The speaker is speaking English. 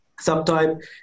subtype